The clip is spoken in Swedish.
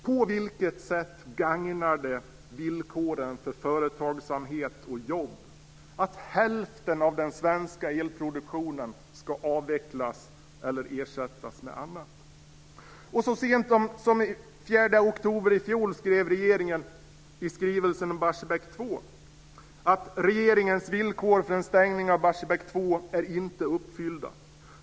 På vilket sätt gagnar det villkoren för företagsamhet och jobb att hälften av den svenska elproduktionen ska avvecklas eller ersättas med annat? Så sent som den 4 oktober i fjol skrev regeringen i skrivelsen om Barsebäck 2: Riksdagens villkor för en stängning av Barsebäck 2 är inte uppfyllda.